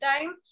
time